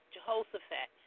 Jehoshaphat